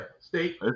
state-